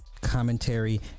commentary